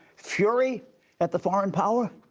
fury at the foreign power?